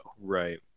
Right